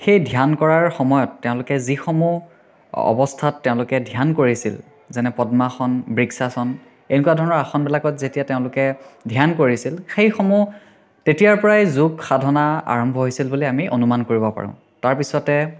সেই ধ্যান কৰাৰ সময়ত তেওঁলোকে যিসমূহ অৱস্থাত তেওঁলোকে ধ্যান কৰিছিল যেনে পদ্মাসন বৃক্ষাসন এনেকুৱা ধৰণৰ আসনবিলাকত যেতিয়া তেওঁলোকে ধ্যান কৰিছিল সেইসমূহ তেতিয়াৰ পৰাই যোগ সাধনা আৰম্ভ হৈছিল বুলি আমি অনুমান কৰিব পাৰোঁ তাৰপিছতে